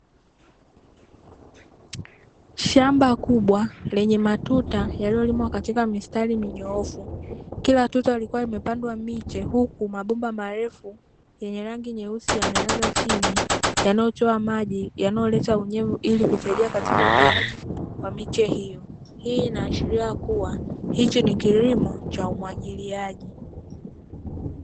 Shamba kubwa lenye matuta, yaliyolimwa katika mistari minyoofu. Kila tuta likiwa limepangwa miche huku mabomba marefu yenye rangi nyeusi yamelazwa chini, yanayotoa maji yanayoleta unyevu ili kusaidia katika ukuaji wa miche hiyo. Hii inaashiria kuwa hiki ni kilimo cha umwagiliaji.